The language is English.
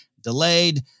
Delayed